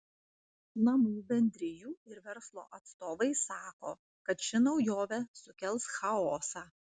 namų bendrijų ir verslo atstovai sako kad ši naujovė sukels chaosą